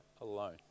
alone